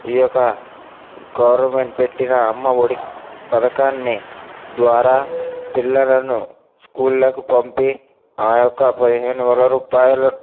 ఈ యొక్క గవర్నమెంట్ పెట్టిన అమ్మ ఒడి పథకాన్ని ద్వారా పిల్లలను స్కూళ్ళకు పంపి ఆ యొక్క పదిహేను వేల రూపాయల